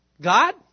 God